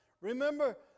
Remember